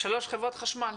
שלוש, חברת חשמל.